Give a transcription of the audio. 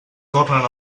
tornen